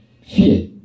fear